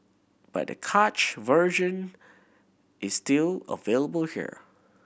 but the cached version is still available here